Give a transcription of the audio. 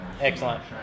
Excellent